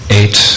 eight